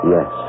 Yes